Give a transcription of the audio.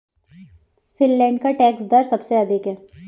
Finland का tax दर सबसे अधिक है